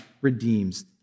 redeems